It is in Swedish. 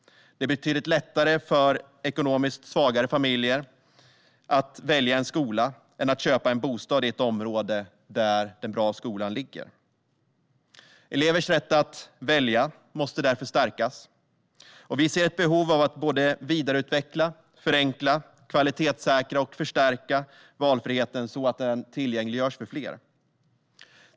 Det är betydligt lättare för ekonomiskt svagare familjer att välja en skola än att köpa en bostad i ett område där den bra skolan ligger. Elevers rätt att välja måste därför stärkas. Vi ser ett behov av att vidareutveckla, förenkla, kvalitetssäkra och förstärka valfriheten så att den tillgängliggörs för fler.